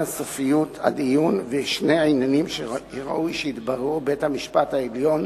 סופיות הדיון ושני העניינים שראוי שיתבררו בבית-המשפט העליון